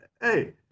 Hey